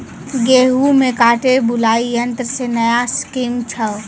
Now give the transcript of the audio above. गेहूँ काटे बुलाई यंत्र से नया स्कीम छ?